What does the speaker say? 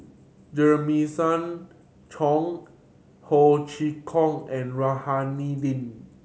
Jeremiah Choy Ho Chee Kong and Rohani Din